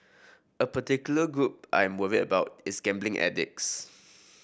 a particular group I am worried about is gambling addicts